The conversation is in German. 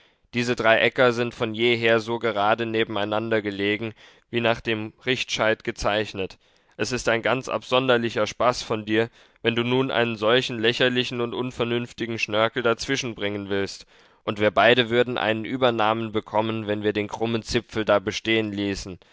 diese drei äcker sind von jeher so gerade nebeneinander gelegen wie nach dem richtscheit gezeichnet es ist ein ganz absonderlicher spaß von dir wenn du nun einen solchen lächerlichen und unvernünftigen schnörkel dazwischen bringen willst und wir beide würden einen übernamen bekommen wenn wir den krummen zipfel da bestehen ließen